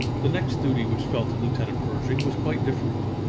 the next duty which fell to lieutenant pershing was quite different.